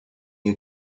you